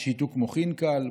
שיתוק מוחין קל,